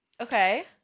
okay